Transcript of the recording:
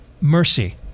Mercy